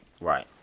Right